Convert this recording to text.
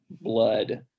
blood